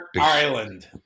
Island